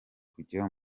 kujya